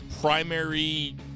primary